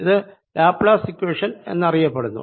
ഇത് Laplace equation എന്നറിയപ്പെടുന്നു